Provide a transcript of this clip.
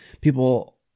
People